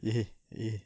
eh eh